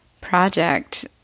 project